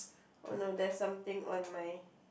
oh no there's something on my